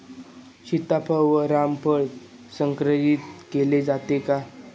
सीताफळ व रामफळ संकरित केले जाते का?